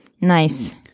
Nice